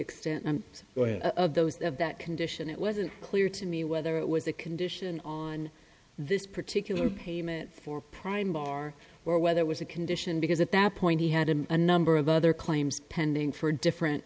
extent of those of that condition it wasn't clear to me whether it was a condition on this particular payment for prime barr or whether it was a condition because at that point he had a number of other claims pending for different